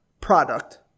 product